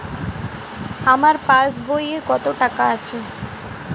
আমার পাস বইয়ে কত টাকা আছে?